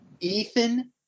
Ethan